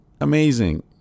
amazing